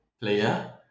player